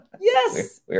yes